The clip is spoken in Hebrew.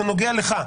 זה נוגע לך.